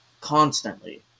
constantly